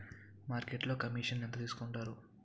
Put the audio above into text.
మార్కెట్లో కమిషన్ ఎంత తీసుకొంటారు?